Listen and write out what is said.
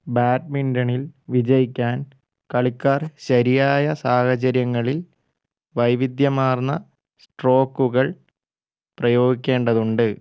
ബാഡ്മിൻറ്റണിൽ വിജയിക്കാൻ കളിക്കാർ ശരിയായ സാഹചര്യങ്ങളിൽ വൈവിധ്യമാർന്ന സ്ട്രോക്കുകൾ പ്രയോഗിക്കേണ്ടതുണ്ട്